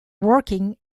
working